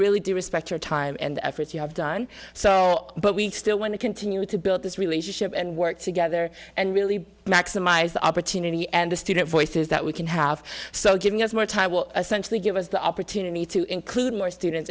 really do respect your time and effort you have done so but we still want to continue to build this relationship and work together and really maximize the opportunity and the student voices that we can have so giving us more time will essentially give us the opportunity to include more students